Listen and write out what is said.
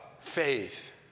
faith